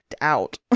out